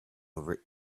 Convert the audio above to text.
over